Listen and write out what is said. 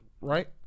Right